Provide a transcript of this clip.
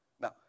Now